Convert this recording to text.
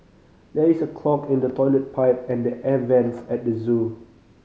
there is a clog in the toilet pipe and the air vents at the zoo